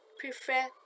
prefer